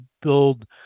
build